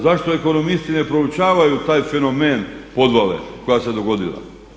Zašto ekonomisti ne proučavaju taj fenomen podvale koja se dogodila?